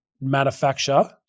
manufacture